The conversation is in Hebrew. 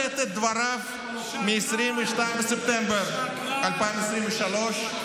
אצטט את דבריו מ-22 בספטמבר 2023,